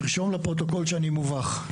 תרשום לפרוטוקול שאני מובך.